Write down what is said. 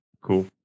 cool